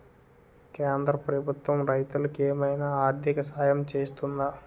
కేంద్ర ప్రభుత్వం రైతులకు ఏమైనా ఆర్థిక సాయం చేస్తుందా?